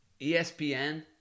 ESPN